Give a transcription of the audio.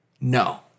no